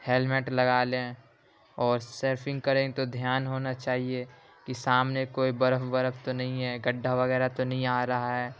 helmet لگا لیں اور سرفنگ کریں تو دھیان ہونا چاہیے کہ سامنے کوئی برف ورف تو نہیں ہے گڈھا وغیرہ تو نہیں آ رہا ہے